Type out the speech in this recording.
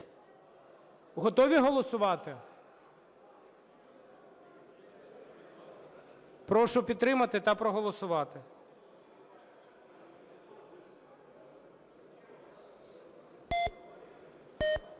Готові голосувати? Прошу підтримати та проголосувати.